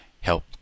help